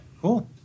cool